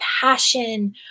passion